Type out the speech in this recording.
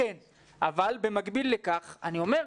אבל במקביל לכך אני אומר,